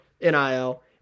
NIL